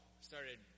started